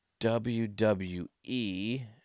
WWE